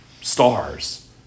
stars